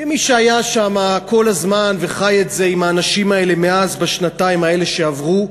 כמי שהיה שם כל הזמן וחי את זה עם האנשים האלה מאז בשנתיים האלה שעברו,